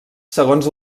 segons